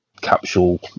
capsule